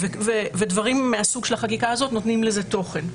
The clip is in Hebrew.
ודברים מהסוג של החקיקה הזאת נותנים לזה תוכן,